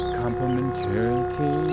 complementarity